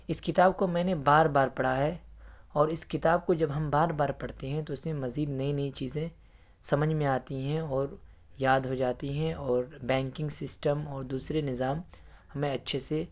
اس کتاب کو میں نے بار بار پڑھا ہے اور اس کتاب کو جب ہم بار بار پڑھتے ہیں تو اس میں مزید نئی نئی چیزیں سمجھ میں آتی ہیں اور یاد ہو جاتی ہیں اور بینکنگ سسٹم اور دوسرے نظام ہمیں اچھے سے